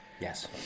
Yes